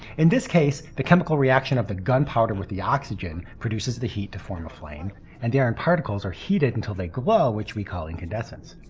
in this case, the chemical reaction of the gunpowder with the oxygen produces the heat to form a flame and the iron particles are heated until they glow which we call incandescence.